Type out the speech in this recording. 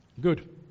Good